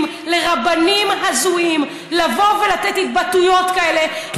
לרבנים הזויים לבוא ולתת התבטאויות כאלה,